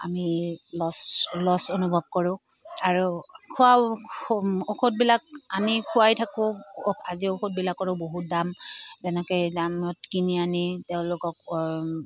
আমি লচ লচ অনুভৱ কৰোঁ আৰু খোৱা ঔষধবিলাক আনি খোৱাই থাকোঁ আজি ঔষধবিলাকৰো বহুত দাম তেনেকৈয়ে দামত কিনি আনি তেওঁলোকক